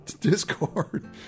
Discord